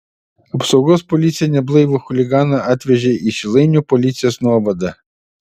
apsaugos policija neblaivų chuliganą atvežė į šilainių policijos nuovadą